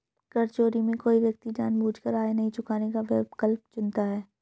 कर चोरी में कोई व्यक्ति जानबूझकर आयकर नहीं चुकाने का विकल्प चुनता है